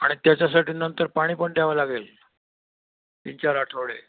आणि त्याच्यासाठी नंतर पाणी पण द्यावं लागेल तीन चार आठवडे